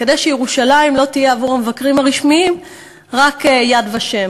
כדי שירושלים לא תהיה עבור המבקרים הרשמיים רק "יד ושם",